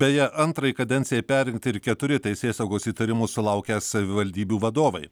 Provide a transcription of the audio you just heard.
beje antrai kadencijai perrinkti ir keturi teisėsaugos įtarimų sulaukę savivaldybių vadovai